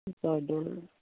Joydol